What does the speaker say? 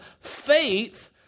faith